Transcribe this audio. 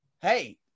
hey